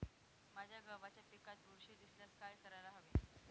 माझ्या गव्हाच्या पिकात बुरशी दिसल्यास काय करायला हवे?